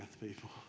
people